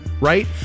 right